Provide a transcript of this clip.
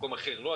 במקום אחר לא,